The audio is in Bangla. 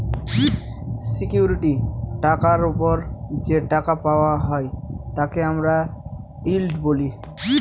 সিকিউরিটি টাকার ওপর যে টাকা পাওয়া হয় তাকে আমরা ইল্ড বলি